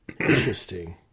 interesting